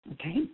Okay